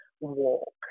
walk